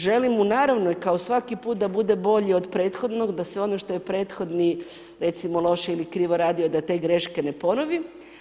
Želim mu naravno i kao svaki put da bude bolji od prethodnog, da sve ono što je prethodni, recimo loše ili krivo radio, da te greške ne ponovim.